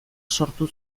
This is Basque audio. sortu